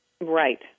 Right